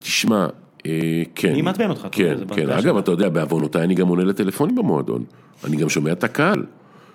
תשמע, כן, כן, כן, אגב, אתה יודע, בעוונותיי אני גם עונה לטלפונים במועדון, אני גם שומע את הקהל.